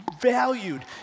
valued